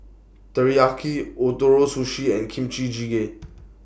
Teriyaki Ootoro Sushi and Kimchi Jjigae